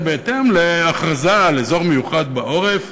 בהתאם להכרזה על אזור מיוחד בעורף,